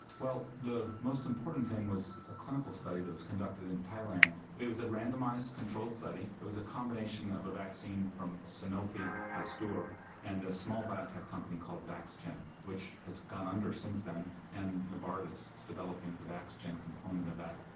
well the most important thing was a clinical study that was conducted in thailand. it was a randomised controlled study, it was a combination of a vaccine from sanofi pasteur and a small biotech company called vaxgen, which has gone under since then, and novartis is developing the vaxgen component of that.